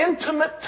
intimate